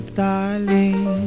darling